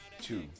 two